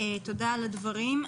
תודה על הדברים.